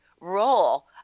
role